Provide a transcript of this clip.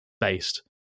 based